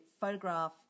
photograph